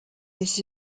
this